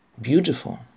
Beautiful